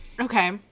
Okay